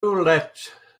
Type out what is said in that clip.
let